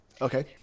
Okay